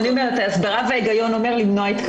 את כל מה שאתה אומר אנחנו כבר יודעים.